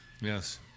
yes